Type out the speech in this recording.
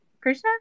Krishna